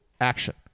action